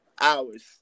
hours